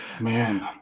man